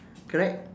correct